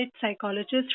psychologist